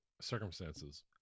circumstances